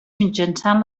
mitjançant